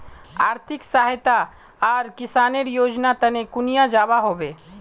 आर्थिक सहायता आर किसानेर योजना तने कुनियाँ जबा होबे?